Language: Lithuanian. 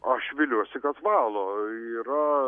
aš viliuosi kad valo yra